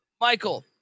Michael